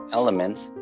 elements